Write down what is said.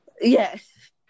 Yes